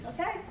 Okay